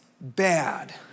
Bad